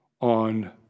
on